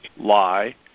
lie